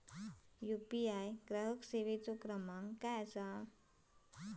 UPI ग्राहक सेवेचो क्रमांक काय असा?